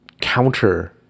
counter